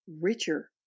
richer